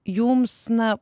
jums na